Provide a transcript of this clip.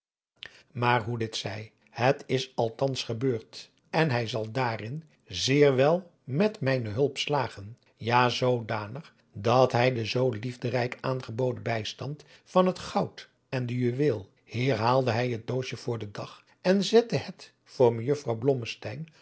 maar hoe dit zij het is althans gebeurd en hij zal daarin zeer wel met mijne hulp slagen ja zoodanig dat hij den zoo liefderijk aangeboden bijstand van het goud en de juweelen hier haalde hij het doosje voor den dag en zette het voor mejuffrouw